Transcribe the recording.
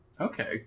Okay